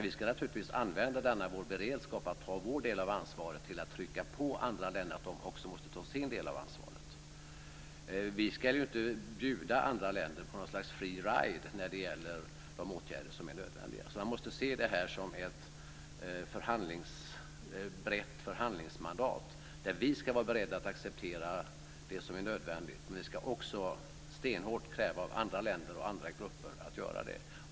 Vi ska naturligtvis använda vår beredskap till att ta vår del av ansvaret till att trycka på andra länder så att de också tar sin del av ansvaret. Vi ska ju inte bjuda andra länder på något slags free ride när det gäller de åtgärder som är nödvändiga. Man måste se det här som ett brett förhandlingsmandat där vi ska vara beredda att acceptera det som är nödvändigt men vi ska också stenhårt kräva av andra länder och andra grupper att de gör det.